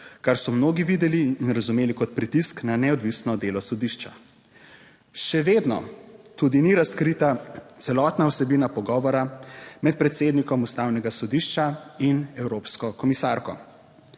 kar so mnogi videli in razumeli kot pritisk na neodvisno delo sodišča. Še vedno tudi ni razkrita celotna vsebina pogovora med predsednikom Ustavnega sodišča in evropsko komisarko.